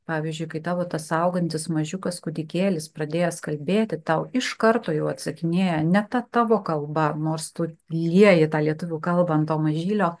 pavyzdžiui kai tavo tas augantis mažiukas kūdikėlis pradėjęs kalbėti tau iš karto jau atsakinėja ne ta tavo kalba nors tu lieji tą lietuvių kalbą ant to mažylio